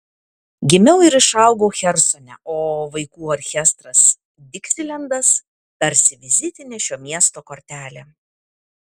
gimiau ir išaugau chersone o vaikų orkestras diksilendas tarsi vizitinė šio miesto kortelė